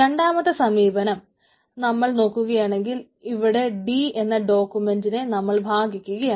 രണ്ടാമത്തെ സമീപനം നമ്മൾ നോക്കുകയാണെങ്കിൽ ഇവിടെ ഡി എന്ന ഡോക്യുമെന്റിനെ നമ്മൾ ഭാഗിക്കുകയാണ്